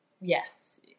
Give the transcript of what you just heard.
yes